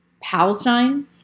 Palestine